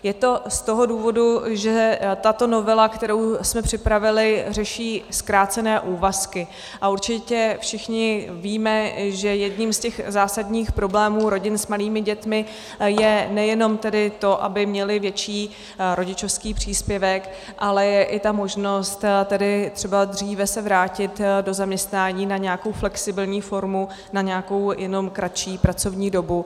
Je to z toho důvodu, že tato novela, kterou jsme připravili, řeší zkrácené úvazky, a určitě všichni víme, že jedním z těch zásadních problémů rodin s malými dětmi je nejenom to, aby měly větší rodičovský příspěvek, ale i možnost třeba dříve se vrátit do zaměstnání na nějakou flexibilní formu, na nějakou jenom kratší pracovní dobu.